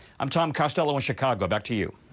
i'm tom costello chicago back to you.